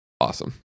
awesome